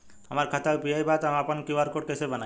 हमार खाता यू.पी.आई बा त हम आपन क्यू.आर कोड कैसे बनाई?